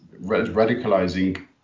radicalizing